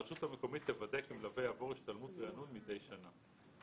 הרשות המקומית תוודא כי מלווה יעבור השתלמות ריענון מדי שנה.